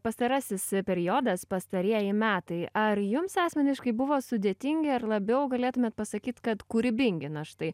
pastarasis periodas pastarieji metai ar jums asmeniškai buvo sudėtingi ar labiau galėtumėt pasakyt kad kūrybingi na štai